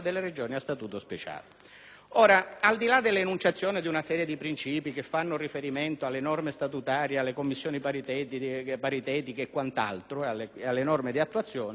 Al di là della enunciazione di una serie di principi che fanno riferimento alle norme statutarie, alle Commissioni paritetiche e quant'altro ed alle norme di attuazione, voi dite